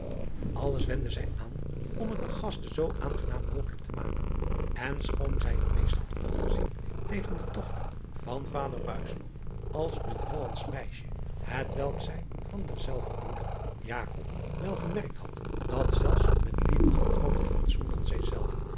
lles wendde zij aan om het den gasten zoo aangenaam mogelijk te maken en schoon zij het meest had opgezien tegen de dochter van vader als een ollandsch meisje hetwelk zij van derzelver broeder wel gemerkt had dat zelfs met lieden van grooter fatsoen dan zij zelve